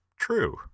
True